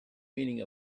meaning